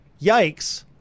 yikes